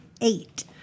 Eight